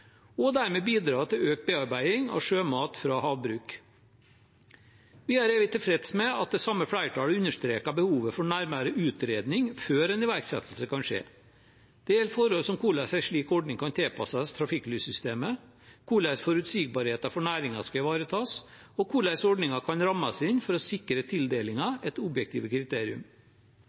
og dermed bidra til økt bearbeiding av sjømat fra havbruk. Videre er vi tilfredse med at det samme flertallet understreker behovet for nærmere utredning før en iverksettelse kan skje. Det gjelder forhold som hvordan en slik ordning kan tilpasses trafikklyssystemet, hvordan forutsigbarheten for næringen skal ivaretas, og hvordan ordningen kan rammes inn for å sikre en tildeling etter objektive